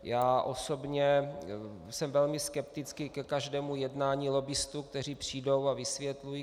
Já osobně jsem velmi skeptický ke každému jednání lobbistů, kteří přijdou a vysvětlují.